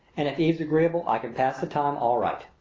and if eve's agreeable i can pass the time all right.